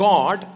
God